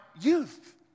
youth